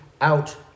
out